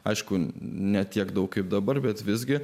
aišku ne tiek daug kaip dabar bet visgi